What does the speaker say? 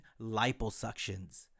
liposuctions